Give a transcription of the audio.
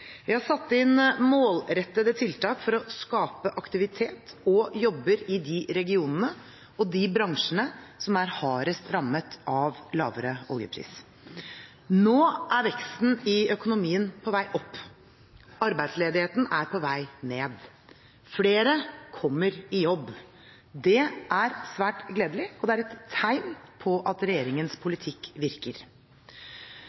Vi har satt inn målrettede tiltak for å skape aktivitet og jobber i de regionene og bransjene som er hardest rammet av lavere oljepris. Nå er veksten i økonomien på vei opp, og arbeidsledigheten er på vei ned. Flere kommer i jobb. Det er svært gledelig, og det er et tegn på at regjeringens